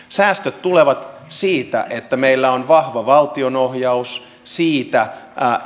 säästöt tulevat siitä että meillä on vahva valtionohjaus siitä